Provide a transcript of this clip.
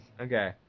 okay